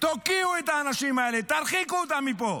תוקיעו את האנשים האלה, תרחיקו אותם מפה.